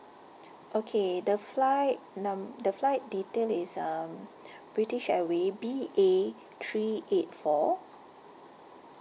okay the flight num~ the flight detail is um british airway B_A three eight four